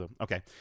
Okay